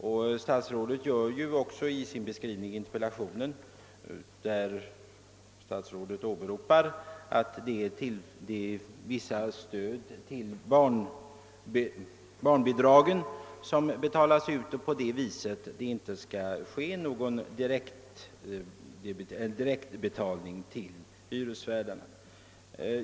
I sitt svar åberopar statsrådet att det nya bostadsstödet utgör ett tillägg till det allmänna barnbidraget och att det därför inte bör ske någon direktbetalning till hyresvärdarna.